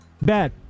Bet